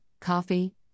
coffee